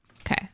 Okay